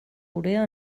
urea